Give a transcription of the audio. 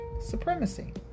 supremacy